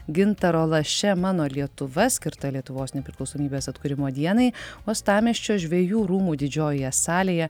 gintaro laše mano lietuva skirta lietuvos nepriklausomybės atkūrimo dienai uostamiesčio žvejų rūmų didžiojoje salėje